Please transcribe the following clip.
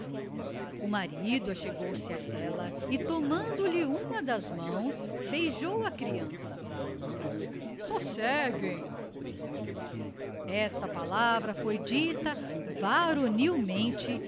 o marido achegou se a ella e tomando-lhe umas das mãos beijou a creança soceguem esta palavra foi dita varonilmente